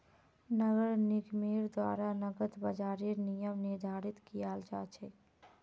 नगर निगमेर द्वारा नकद बाजारेर नियम निर्धारित कियाल जा छेक